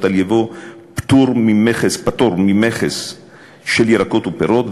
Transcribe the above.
על ייבוא פטור ממכס של ירקות ופירות,